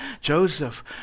Joseph